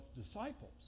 disciples